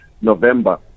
November